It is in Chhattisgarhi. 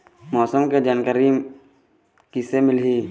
मौसम के जानकारी किसे मिलही?